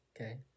Okay